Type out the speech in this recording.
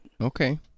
Okay